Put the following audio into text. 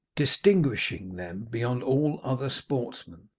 distinguishing them beyond all other sportsmen,